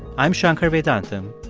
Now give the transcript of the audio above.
i'm shankar vedantam,